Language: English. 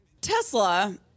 Tesla